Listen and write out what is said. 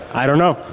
i don't know.